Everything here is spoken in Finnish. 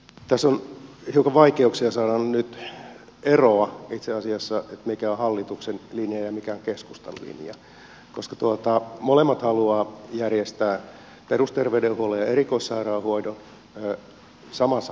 tässä on hiukan vaikeuksia saada nyt eroa itse asiassa siinä mikä on hallituksen linja ja mikä on keskustan linja koska molemmat haluavat järjestää perusterveydenhuollon ja erikoissairaanhoidon samassa organisaatiossa